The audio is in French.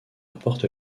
apporte